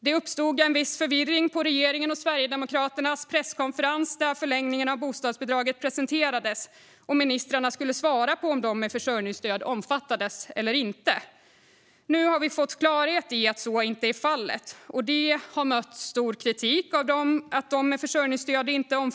Det uppstod viss förvirring på regeringens och Sverigedemokraternas presskonferens där förlängningen av bostadsbidraget presenterades och ministrarna skulle svara på om personer med försörjningsstöd omfattas eller inte. Nu har vi fått klarhet i att så inte är fallet, och detta har mött stor kritik.